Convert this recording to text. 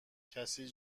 کسی